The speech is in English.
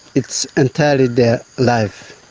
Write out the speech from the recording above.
it's entirely their life.